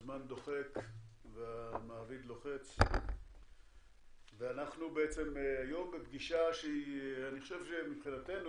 הזמן דוחק והמעביד לוחץ ואנחנו היום בפגישה שהיא מבחינתנו